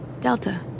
Delta